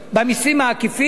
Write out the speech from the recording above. במסים העקיפים,